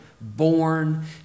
born